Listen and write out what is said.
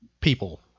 people